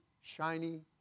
shiny